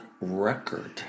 Record